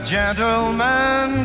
gentlemen